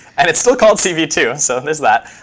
and it's still called c v two, so there's that.